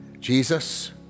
Jesus